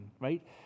Right